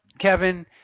Kevin